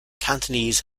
cantonese